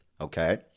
okay